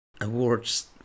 Awards